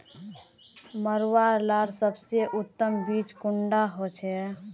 मरुआ लार सबसे उत्तम बीज कुंडा होचए?